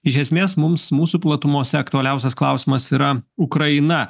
iš esmės mums mūsų platumose aktualiausias klausimas yra ukraina